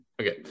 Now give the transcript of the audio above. Okay